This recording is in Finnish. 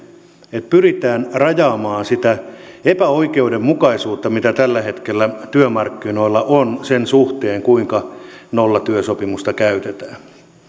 että pyritään rajaamaan sitä epäoikeudenmukaisuutta mitä tällä hetkellä työmarkkinoilla on sen suhteen kuinka nollatyösopimusta käytetään